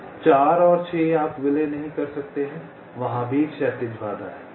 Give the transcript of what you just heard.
4 और 6 आप विलय नहीं कर सकते हैं वहां भी एक क्षैतिज बाधा है